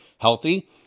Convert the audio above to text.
healthy